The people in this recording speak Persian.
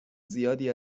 زیادی